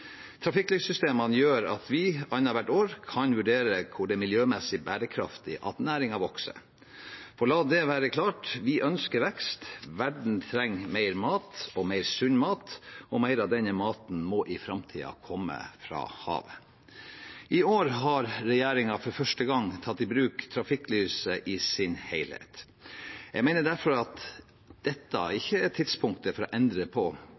gjør at vi annethvert år kan vurdere hvor det er miljømessig bærekraftig at næringen vokser. For la det være klart: Vi ønsker vekst. Verden trenger mer mat, og mer sunn mat, og mer av denne maten må i framtiden komme fra havet. I år har regjeringen for første gang tatt i bruk trafikklyset i sin helhet. Jeg mener derfor at dette ikke er tidspunktet for å endre på